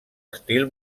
estil